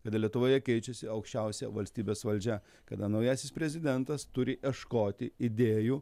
kada lietuvoje keičiasi aukščiausia valstybės valdžia kada naujasis prezidentas turi ieškoti idėjų